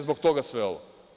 Zbog toga sve ovo.